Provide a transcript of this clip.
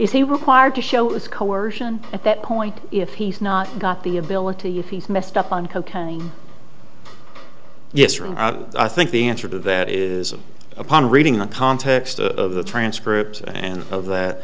a required to show it's coercion at that point if he's not got the ability if he's messed up on cocaine yes really i think the answer to that is upon reading the context of the transcript and of that